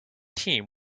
team